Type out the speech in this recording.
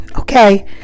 okay